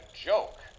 joke